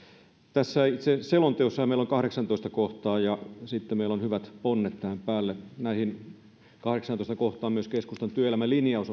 tässä itse selonteossahan meillä on kahdeksastoista kohtaa ja sitten meillä on hyvät ponnet tähän päälle hyvin moneen näistä kahdeksannestatoista kohdasta myös keskustan työelämälinjaus